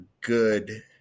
good